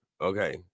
Okay